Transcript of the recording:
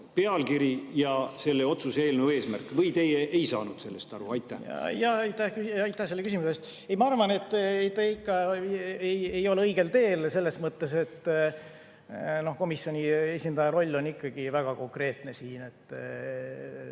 pealkiri ja selle otsuse eelnõu eesmärk, või teie ei saanud sellest aru? Aitäh selle küsimuse eest! Ma arvan, et te ikka ei ole õige teel, selles mõttes, et komisjoni esindaja roll on väga konkreetne: antakse